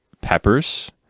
peppers